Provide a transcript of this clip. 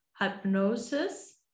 hypnosis